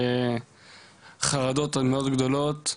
וחרדות מאוד גדולות,